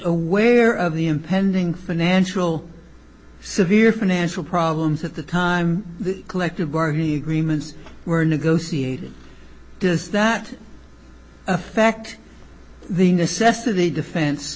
aware of the impending financial severe financial problems at the time the collective bargaining agreements were negotiated does that fact the necessity defen